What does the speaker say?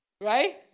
Right